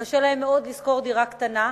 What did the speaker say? קשה להם מאוד לשכור דירה קטנה,